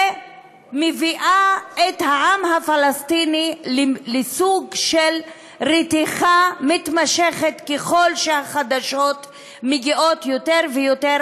ומביאה את העם הפלסטיני לסוג של רתיחה מתמשכת ככל שמגיעות יותר ויותר